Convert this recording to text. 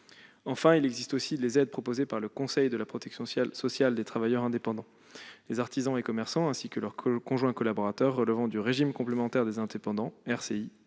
En outre, des aides sont proposées par le Conseil de la protection sociale des travailleurs indépendants. Les artisans et commerçants ainsi que leur conjoint collaborateur relevant du régime complémentaire des indépendants, le